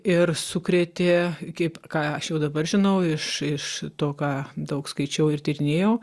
ir sukrėtė kaip ką aš jau dabar žinau iš iš to ką daug skaičiau ir tyrinėjau